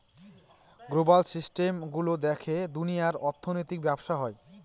global system গুলো দেখে দুনিয়ার অর্থনৈতিক ব্যবসা হয়